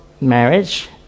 marriage